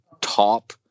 top